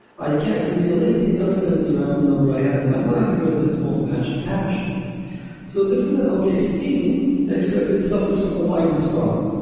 i can't reveal anything other than the random number i had in my mind, because then it won't match its hash so this is an okay scheme, except it suffers from the lightness problem.